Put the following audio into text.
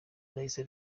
nahise